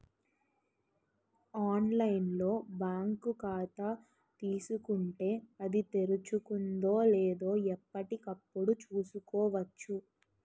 online లో bank ఖాతా తీసుకుంటే, అది తెరుచుకుందో లేదో ఎప్పటికప్పుడు చూసుకోవచ్చు